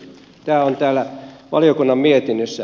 tämä on täällä valiokunnan mietinnössä